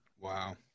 Wow